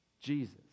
Jesus